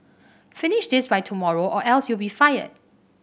finish this by tomorrow or else you'll be fired